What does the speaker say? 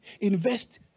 invest